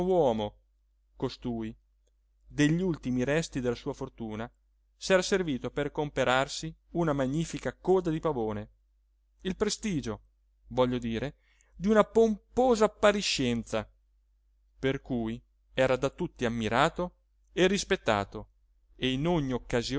uomo costui degli ultimi resti della sua fortuna s'era servito per comperarsi una magnifica coda di pavone il prestigio voglio dire di una pomposa appariscenza per cui era da tutti ammirato e rispettato e in ogni